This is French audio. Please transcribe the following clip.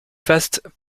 vastes